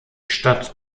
stadt